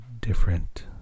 different